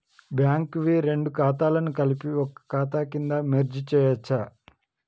Bank వి రెండు ఖాతాలను కలిపి ఒక ఖాతా కింద మెర్జ్ చేయచ్చా?